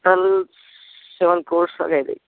seven seven crores వరకు అవుతాయి